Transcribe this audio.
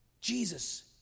Jesus